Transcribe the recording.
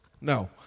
No